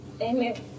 amen